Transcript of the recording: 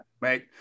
Right